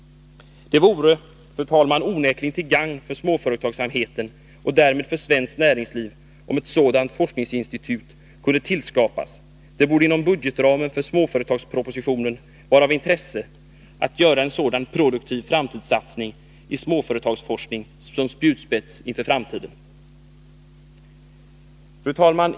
Det vore onekligen till gagn för småföretagsamheten och därmed för svenskt näringsliv om ett sådant forskningsinstitut kunde tillskapas — det borde inom budgetramen för småföretagspropositionen vara av intresse att göra en sådan produktiv framtidssatsning i småföretagsforskning, som en spjutspets mot framtiden. Fru talman!